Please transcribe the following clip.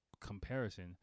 comparison